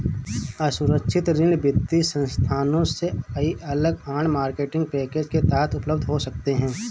असुरक्षित ऋण वित्तीय संस्थानों से कई अलग आड़, मार्केटिंग पैकेज के तहत उपलब्ध हो सकते हैं